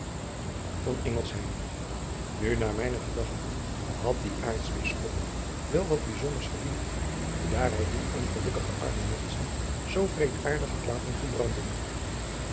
u naar mijne gedachten had die artsbisschop wel wat bijzonders verdiend daar hij die ongelukkige arme menschen zoo wreedaardig had laten verbranden